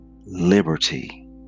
liberty